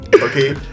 Okay